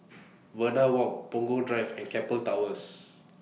Verde Walk Punggol Drive and Keppel Towers